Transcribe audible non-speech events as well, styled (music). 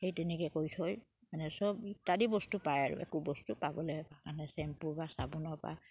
সেই তেনেকে কৰি থৈ মানে চব ইত্যাদি বস্তু পায় আৰু একো বস্তু পাবলে (unintelligible) চেম্পুৰ পৰা চাবোনৰ পৰা